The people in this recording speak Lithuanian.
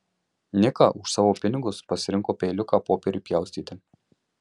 nika už savo pinigus pasirinko peiliuką popieriui pjaustyti